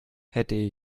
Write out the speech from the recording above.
hätte